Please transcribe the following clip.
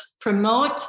promote